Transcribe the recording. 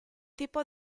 tipo